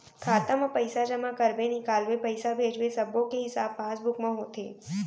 खाता म पइसा जमा करबे, निकालबे, पइसा भेजबे सब्बो के हिसाब पासबुक म होथे